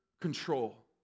control